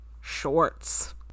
shorts